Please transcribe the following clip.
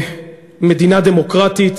במדינה דמוקרטית,